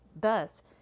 thus